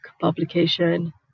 publication